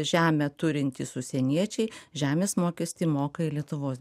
žemę turintys užsieniečiai žemės mokestį moka į lietuvos